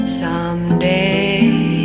someday